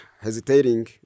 hesitating